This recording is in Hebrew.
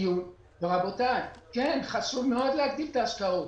רבותיי, חשוב מאוד להגדיל את ההשקעות.